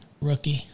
rookie